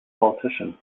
politician